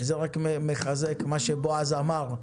זה רק מחזק את מה שבועז אמר.